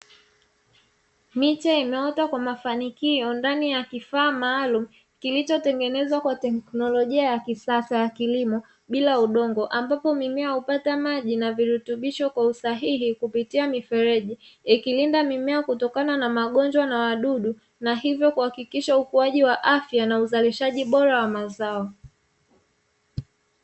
Miche imeota kwa mafanikio ndani ya kifaa maalumu, kilichotengenezwa kwa teknolojia ya kisasa ya kilimo bila udongo, ambapo mimea hupata maji na virutubisho kwa usahihi kupitia mifereji, ikilinda mimea kutokana na magonjwa na wadudu, na hivyo kuhakikisha ukuaji wa afya na uzalishaji bora wa mazao.